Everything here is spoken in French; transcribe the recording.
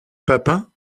papin